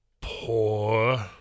poor